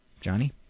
Johnny